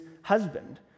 husband